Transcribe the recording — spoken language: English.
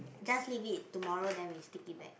just leave it tomorrow then we stick it back